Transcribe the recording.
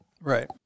Right